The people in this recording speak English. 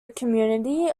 community